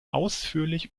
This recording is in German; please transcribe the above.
ausführlich